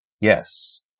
Yes